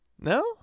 No